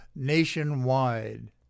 Nationwide